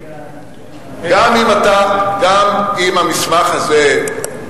גם אם המסמך הזה,